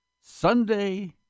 Sunday